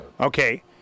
Okay